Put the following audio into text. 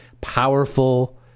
powerful